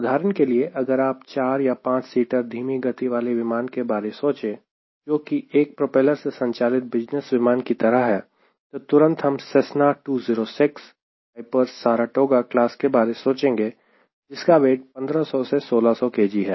उदाहरण के लिए अगर आप चार या पांच सीटर धीमी गति वाले विमान के बारे सोच रहे हैं जो कि एक प्रोपेलर से संचालित बिज़नेस विमान की तरह है तो तुरंत हम Cessna 206 Piper Saratoga क्लास के बारे सोचेंगे जिसका वेट 1500 से 1600 kg है